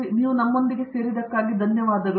ಪ್ರತಾಪ್ ಹರಿಡೋಸ್ ನಮ್ಮೊಂದಿಗೆ ಸೇರಿದಕ್ಕಾಗಿ ಧನ್ಯವಾದಗಳು